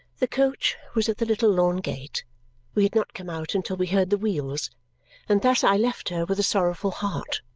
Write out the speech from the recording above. the coach was at the little lawn-gate we had not come out until we heard the wheels and thus i left her, with a sorrowful heart.